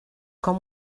com